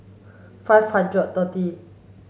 five hundred thirty